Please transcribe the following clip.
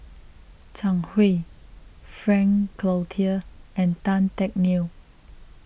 Zhang Hui Frank Cloutier and Tan Teck Neo